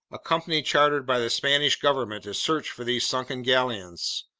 a company chartered by the spanish government to search for these sunken galleons.